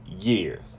years